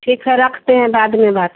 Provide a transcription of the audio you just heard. ठीक है रखते हैं बाद में बात